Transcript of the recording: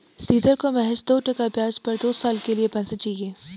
शीतल को महज दो टका ब्याज पर दो साल के लिए पैसे चाहिए